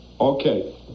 Okay